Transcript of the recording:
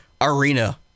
arena